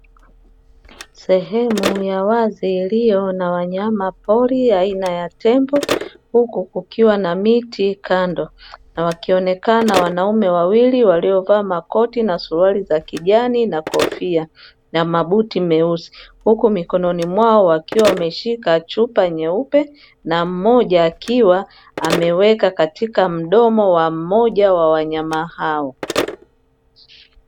Sehemu ya wazi iliyo na wanyamapori aina ya tembo, huku kukiwa na miti kando. Na wakionekana wanaume wawili waliovaa makoti na suruali za kijani, na kofia na mabuti meusi, huku mikononi mwao wakiwa wameshika chupa nyeupe na mmoja akiwa ameweka katika mdomo wa mmoja wa wanyama hao.